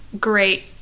great